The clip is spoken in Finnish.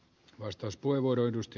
arvoisa puhemies